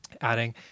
adding